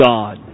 God